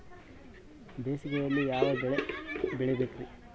ಬೇಸಿಗೆಯಲ್ಲಿ ಯಾವ ಬೆಳೆ ಬೆಳಿಬೇಕ್ರಿ?